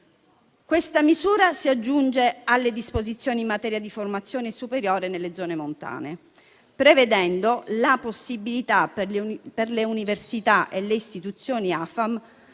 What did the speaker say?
Questa misura si aggiunge alle disposizioni in materia di formazione superiore nelle zone montane, prevedendo la possibilità, per le università e le istituzioni di